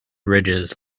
ridges